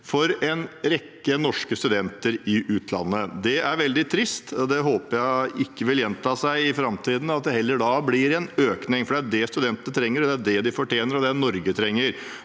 for en rekke norske studenter i utlandet. Det er veldig trist. Jeg håper det ikke vil gjenta seg i framtiden, men at det heller blir en økning. Det er det studentene trenger, det er det de fortjener, og det er det Norge trenger.